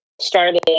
started